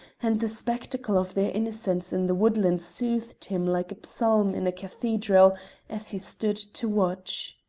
and the spectacle of their innocence in the woodland soothed him like a psalm in a cathedral as he stood to watch.